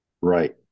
Right